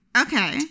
Okay